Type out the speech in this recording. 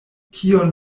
kion